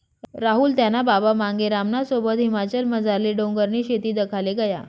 राहुल त्याना बाबा मांगेरामना सोबत हिमाचलमझारली डोंगरनी शेती दखाले गया